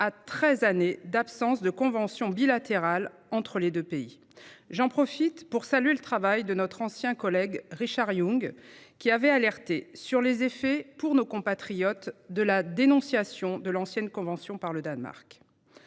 années d’absence de convention bilatérale entre nos deux pays. Je saisis cette occasion pour saluer le travail de notre ancien collègue Richard Yung, qui avait alerté sur les effets pour nos compatriotes de la dénonciation de l’ancienne convention par le Danemark.